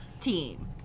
team